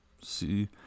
See